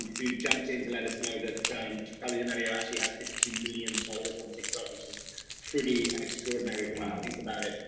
jumped in to let us know that charli d'amelio actually has fifty two million followers on tiktok, which is pretty extraordinary when i think about it.